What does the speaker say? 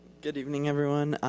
good evening everyone.